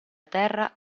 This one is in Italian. terra